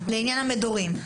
לעניין המדורים.